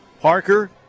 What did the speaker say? Parker